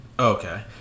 Okay